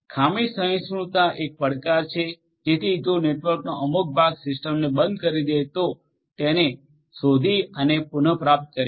fault tolerant એક પડકાર છે જેથી જો નેટવર્કનો અમુક ભાગ સિસ્ટમને બંધ કરી દે તો તે તેને શોધી અને પુનપ્રાપ્ત કરે છે